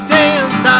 dance